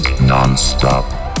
non-stop